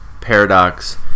paradox